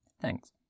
thanks